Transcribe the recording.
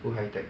too high tech